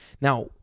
Now